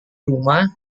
rumah